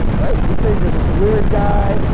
right, we say there's this weird guy,